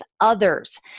others